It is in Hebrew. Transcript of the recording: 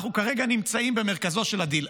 אנחנו כרגע נמצאים במרכזו של הדיל.